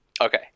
Okay